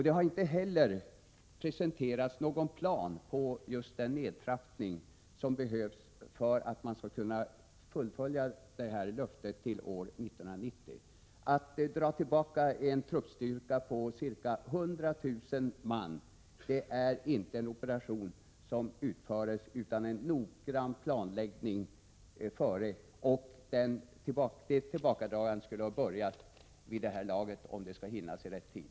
Det har inte heller presenterats någon plan för den nedtrappning som behövs för att man skall kunna fullfölja sitt löfte till år 1990. Att dra tillbaka en truppstyrka på ca 100 000 man är inte en operation som utförs utan noggrann planläggning, och tillbakadragandet borde ha börjat vid det här laget om det skall genomföras i rätt tid.